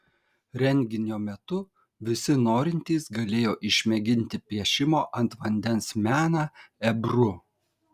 renginio metu visi norintys galėjo išmėginti piešimo ant vandens meną ebru